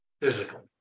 physical